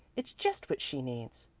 it's just what she needs.